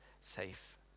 safe